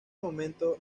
momento